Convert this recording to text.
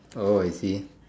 oh I see